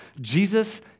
Jesus